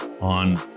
on